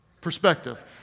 perspective